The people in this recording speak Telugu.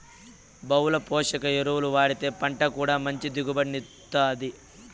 బహుళ పోషక ఎరువులు వాడితే పంట కూడా మంచి దిగుబడిని ఇత్తుంది